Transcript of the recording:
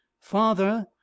father